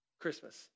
Christmas